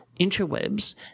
interwebs